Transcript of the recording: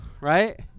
Right